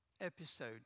episode